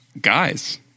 Guys